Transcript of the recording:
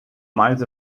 miles